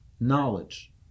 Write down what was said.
knowledge